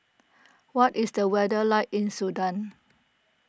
what is the weather like in Sudan